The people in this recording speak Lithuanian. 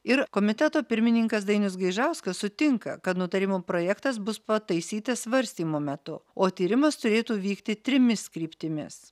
ir komiteto pirmininkas dainius gaižauskas sutinka kad nutarimo projektas bus pataisytas svarstymo metu o tyrimas turėtų vykti trimis kryptimis